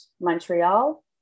Montreal